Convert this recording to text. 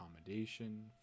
accommodation